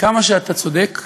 כמה שאתה צודק,